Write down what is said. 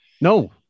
no